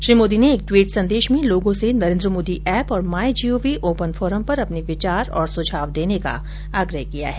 श्री मोदी ने एक टवीट संदेश में लोगों से नरेन्द्र मोदी ऐप और my G O V open forum पर अपने विचार और सुझाव देने का आग्रह किया है